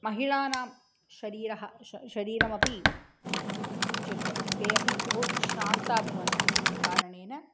महिलानां शरीरः श शरीरमपि किञ्चित् ते अपि बहु श्रान्ताः भवन्ति इति कारणेन